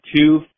two